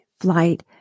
flight